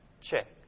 Check